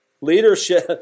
Leadership